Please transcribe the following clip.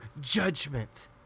judgment